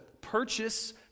purchase